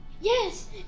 Yes